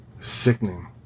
Sickening